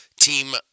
team